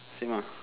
same ah